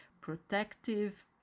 protective